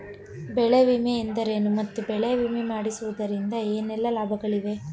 ಬೆಳೆ ವಿಮೆ ಎಂದರೇನು ಮತ್ತು ಬೆಳೆ ವಿಮೆ ಮಾಡಿಸುವುದರಿಂದ ಏನೆಲ್ಲಾ ಲಾಭಗಳಿವೆ?